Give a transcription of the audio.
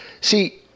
see